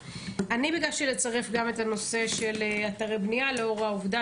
ביקשתי לצרף את הנושא של אתרי בנייה לאור העובדה